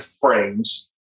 frames